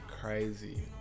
crazy